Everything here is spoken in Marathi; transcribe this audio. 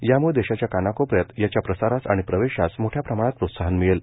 याम्ळं देशाच्या कानाकोपऱ्यात याच्या प्रसारास आणि प्रवेशास मोठ्या प्रमाणात प्रोत्साहन मिळेल